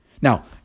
Now